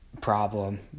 problem